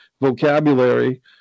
vocabulary